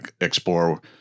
explore